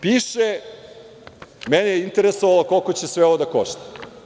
Piše, mene je interesovalo koliko će sve ovo da košta?